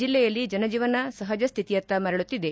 ಜಿಲ್ಲೆಯಲ್ಲಿ ಜನಜೀವನ ಸಪಜ ಸ್ವಿತಿಯತ್ತ ಮರಳುತ್ತಿದೆ